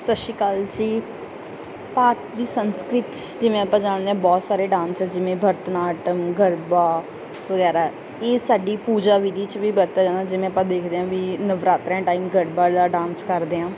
ਸਤਿ ਸ਼੍ਰੀ ਅਕਾਲ ਜੀ ਭਾਰਤ ਦੀ ਸੰਸਕ੍ਰਿਤ ਜਿਵੇਂ ਆਪਾਂ ਜਾਣਦੇ ਹਾਂ ਬਹੁਤ ਸਾਰੇ ਡਾਂਸਰ ਜਿਵੇਂ ਭਰਤਨਾਟਮ ਗਰਬਾ ਵਗੈਰਾ ਇਹ ਸਾਡੀ ਪੂਜਾ ਵਿਧੀ 'ਚ ਵੀ ਵਰਤਿਆ ਜਾਂਦਾ ਜਿਵੇਂ ਆਪਾਂ ਦੇਖਦੇ ਹਾਂ ਵੀ ਨਵਰਾਤਰਿਆਂ ਦੇ ਟਾਈਮ ਗਰਬਾ ਜਾਂ ਡਾਂਸ ਕਰਦੇ ਹਾਂ